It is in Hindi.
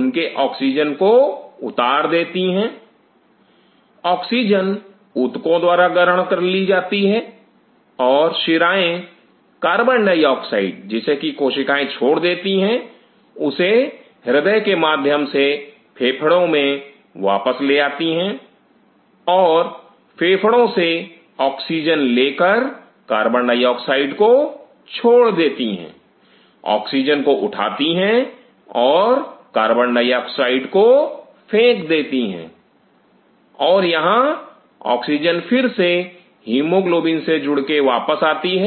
उनके ऑक्सीजन को उतार देती हैं ऑक्सीजन ऊतकों द्वारा ग्रहण कर ली जाती है और शिराएं कार्बन डाइऑक्साइड जिसे कि कोशिकाएं छोड़ देती हैं उसे हृदय के माध्यम से फेफड़ों में वापस ले जाती हैं और फेफड़ों से ऑक्सीजन लेकर कार्बन डाइऑक्साइड को छोड़ देती हैं ऑक्सीजन को उठाती हैं और कार्बन डाइऑक्साइड को फेंक देती हैं और यहां ऑक्सीजन फिर से हीमोग्लोबिन से जुड़ के वापस आती है